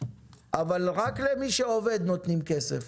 אבל רק למי שעובד נותנים כסף,